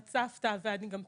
ואת סבתא, ואני גם פעילה.